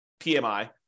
PMI